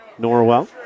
Norwell